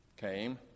came